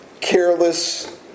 careless